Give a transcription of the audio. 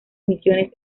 misiones